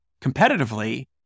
competitively